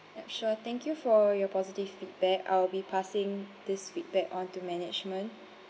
ya sure thank you for your positive feedback I will be passing this feedback on to management